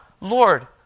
Lord